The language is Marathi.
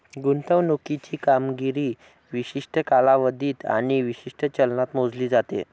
गुंतवणुकीची कामगिरी विशिष्ट कालावधीत आणि विशिष्ट चलनात मोजली जाते